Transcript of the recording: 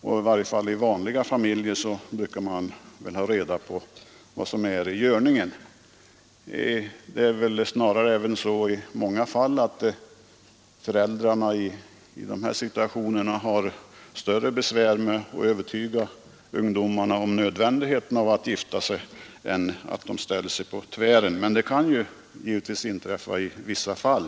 I varje fall i vanliga familjer brukar man väl ha reda på vad som är i görningen. Det är väl också snarare så i många fall att föräldrarna i de här situationerna har större besvär med att övertyga ungdomarna om 48 nödvändigheten av att gifta sig än av att försöka sätta sig på tvären. Men givetvis kan det inträffa i vissa fall.